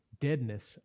deadness